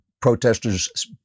protesters